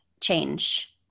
change